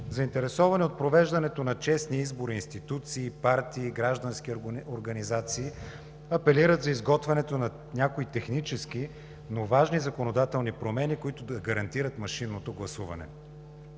заинтересовани от провеждането на честни избори, институции, партии, граждански организации апелират за изготвянето на някои технически, но важни законодателни промени, които да гарантират машинното гласуване.